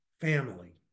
family